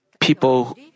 people